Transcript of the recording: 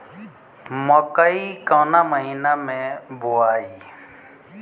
मकई कवना महीना मे बोआइ?